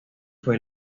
fue